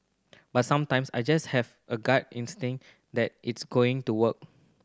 but sometimes I just have a gut instinct that it's going to work